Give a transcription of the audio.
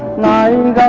nine